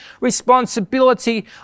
responsibility